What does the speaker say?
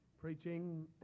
preaching